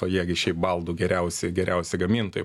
o jie gi šiaip baldų geriausi geriausi gamintojai